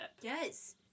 Yes